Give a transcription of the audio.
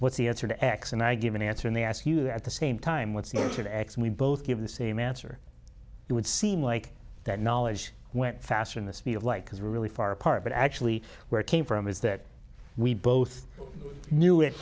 what's the answer to x and i give an answer and they ask you at the same time what's the nature of x and we both give the same answer it would seem like that knowledge went faster than the speed of light because really far apart but actually where it came from is that we both knew it